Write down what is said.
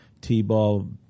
t-ball